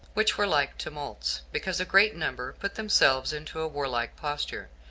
which were like tumults, because a great number put themselves into a warlike posture,